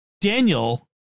Daniel